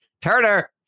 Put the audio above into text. Turner